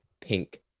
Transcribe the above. pink